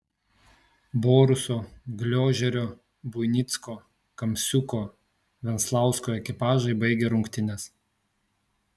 boruso gliožerio buinicko kamsiuko venslausko ekipažai baigė rungtynes